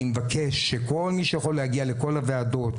אני מבקש שכל מי שיכול להגיע לכל הוועדות,